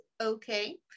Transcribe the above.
okay